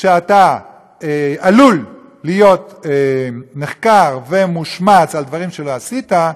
שאתה עלול להיות נחקר ומושמץ על דברים שלא עשית,